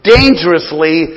Dangerously